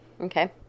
Okay